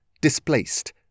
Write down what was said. displaced